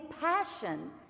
passion